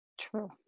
True